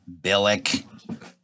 Billick